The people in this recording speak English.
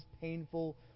painful